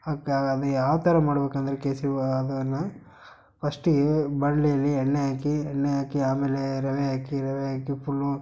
ಆಗ ಅದು ಯಾವ ಥರ ಮಾಡ್ಬೇಕ್ ಅಂದರೆ ಕೇಸರಿ ಭಾತನ್ನು ಫಸ್ಟಿಗೆ ಬಾಣಲಿಯಲ್ಲಿ ಎಣ್ಣೆ ಹಾಕಿ ಎಣ್ಣೆ ಹಾಕಿ ಆಮೇಲೆ ರವೆ ಹಾಕಿ ರವೆ ಹಾಕಿ ಫುಲ್ಲು